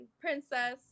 princess